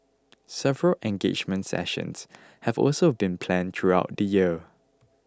several engagement sessions have also been planned throughout the year